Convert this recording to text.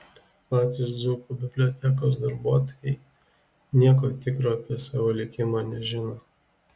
patys dzūkų bibliotekos darbuotojai nieko tikro apie savo likimą nežino